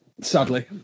sadly